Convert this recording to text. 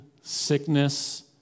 sickness